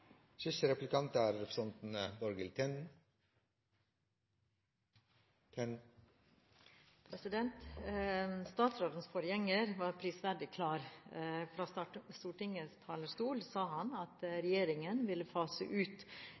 Statsrådens forgjenger var prisverdig klar. Fra Stortingets talerstol sa han at regjeringen ville fase ut